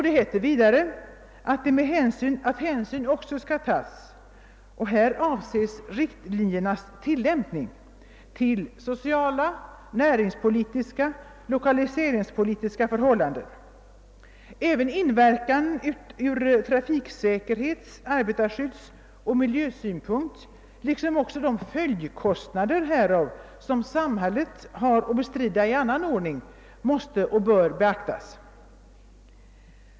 Det heter vidare beträffande riktlinjernas tillämpning att hänsyn också skall tas till sociala, näringspolitiska och lokaliseringspolitiska förhållanden och att även inverkan ur trafiksäkerhets-, arbetarskyddsoch miljösynpunkter liksom de följdkostnader härav som samhället har att bestrida i annan ordning bör beaktas.